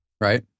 Right